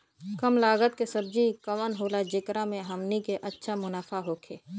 कम लागत के सब्जी कवन होला जेकरा में हमनी के अच्छा मुनाफा होखे?